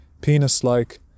penis-like